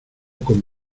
con